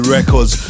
Records